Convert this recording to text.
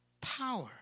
power